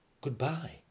Goodbye